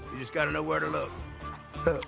you just gotta know where to look.